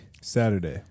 Saturday